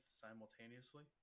simultaneously